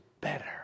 better